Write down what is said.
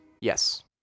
Yes